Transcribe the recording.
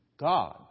God